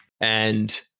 and-